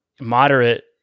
moderate